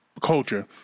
Culture